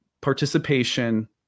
participation